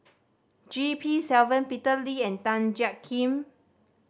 G P Selvam Peter Lee and Tan Jiak Kim